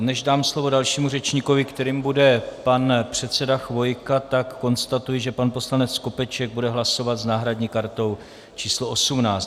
Než dám slovo dalšímu řečníkovi, kterým bude pan předseda Chvojka, tak konstatuji, že pan poslanec Skopeček bude hlasovat s náhradní kartou číslo 18.